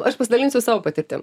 aš pasidalinsiu savo patirtim